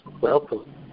welcome